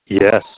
Yes